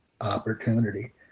opportunity